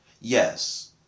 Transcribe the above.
Yes